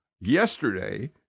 yesterday